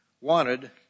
wanted